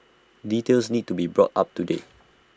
details need to be brought up to date